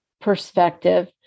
perspective